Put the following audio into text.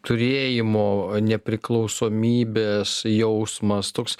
turėjimo nepriklausomybės jausmas toks